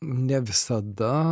ne visada